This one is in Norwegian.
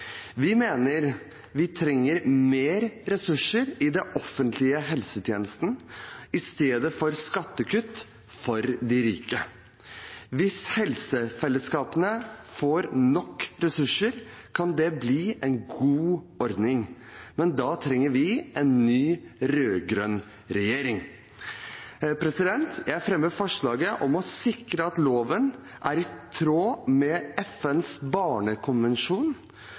Vi mener at vi trenger mer ressurser i den offentlige helsetjenesten i stedet for skattekutt for de rike. Hvis helsefellesskapene får nok ressurser, kan det bli en god ordning, men da trenger vi en ny rød-grønn regjering. Jeg fremmer forslaget fra Arbeiderpartiet, Senterpartiet og SV om å sikre at loven er i tråd med FNs barnekonvensjon,